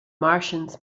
martians